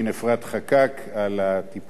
על הטיפול המסור בהצעת החוק.